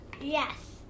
Yes